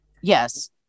yes